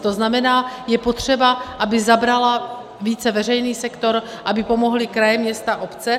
To znamená, je potřeba, aby zabral více veřejný sektor, aby pomohly kraje, města, obce.